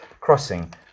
crossing